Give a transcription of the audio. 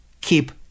keep